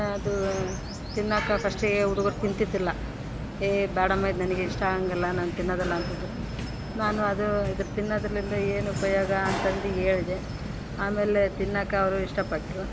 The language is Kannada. ನಾದು ತಿನ್ನೋಕೆ ಫಸ್ಟಿಗೇ ಹುಡುಗರು ತಿಂತಿದ್ದಿಲ್ಲ ಏ ಬೇಡಮ್ಮ ಇದು ನನಗಿಷ್ಟ ಆಗೊಂಗಿಲ್ಲ ನಾನು ತಿನ್ನೊದಿಲ್ಲ ಅಂತಿದ್ರು ನಾನು ಅದು ಇದ್ರು ತಿನ್ನೋದ್ರಲಿಂದ ಏನು ಉಪಯೋಗ ಅಂತಂದು ಹೇಳ್ದೆ ಆಮೇಲೆ ತಿನ್ನೋಕೆ ಅವರು ಇಷ್ಟ ಪಟ್ಟರು